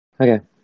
Okay